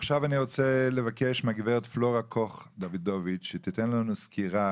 עכשיו אני רוצה לבקש מהגברת פלורה קוח דוידוביץ שתיתן לנו סקירה